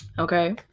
Okay